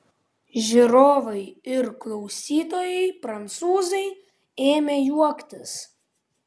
žiūrovai ir klausytojai prancūzai ėmė juoktis